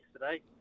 yesterday